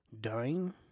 dying